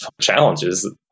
challenges